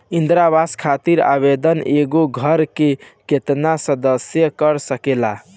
इंदिरा आवास खातिर आवेदन एगो घर के केतना सदस्य कर सकेला?